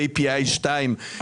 API2,